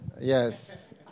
Yes